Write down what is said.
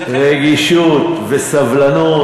רגישות וסבלנות,